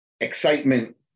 excitement